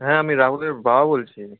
হ্যাঁ আমি রাহুলের বাবা বলছি